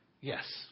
yes